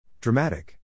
Dramatic